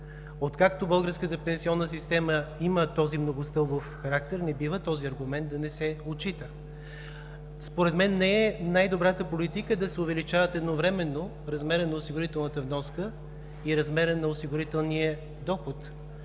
Откакто българската пенсионна система има този многостълбов характер, не бива този аргумент да не се отчита. Според мен не е най-добрата политика да се увеличават едновременно размерът на осигурителната вноска и размерът на осигурителния доход,